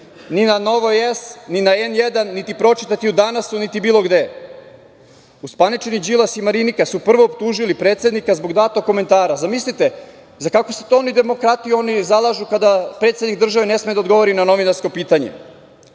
ni na „Nova S“, ni na „N1“, niti pročitati u „Danasu“, niti bilo gde. Uspaničeni Đilas i Marinika su prvo optužili predsednika zbog datog komentara. Zamislite, za kakvu se to oni demokratiju zalažu, kada predsednik države ne sme da odgovori na novinarsko pitanje?